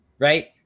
Right